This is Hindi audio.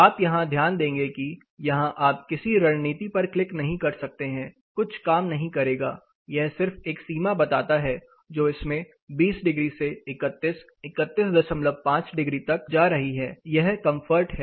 आप यहां ध्यान देंगे कि यहां आप किसी रणनीति पर क्लिक नहीं कर सकते हैं कुछ काम नहीं करेगा यह सिर्फ एक सीमा बताता है जो इसमें 20 डिग्री से 31 315 डिग्री तक जा रही है यह कंफर्ट है